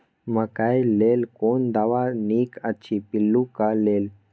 मकैय लेल कोन दवा निक अछि पिल्लू क लेल?